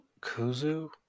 Kuzu